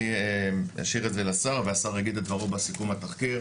אני אשאיר את זה לשר והשר יגיד את דברו בסיכום התחקיר.